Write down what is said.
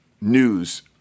news